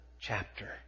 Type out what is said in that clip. chapter